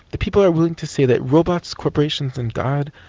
the people are willing to say that robots, corporations and god,